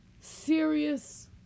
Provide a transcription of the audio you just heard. serious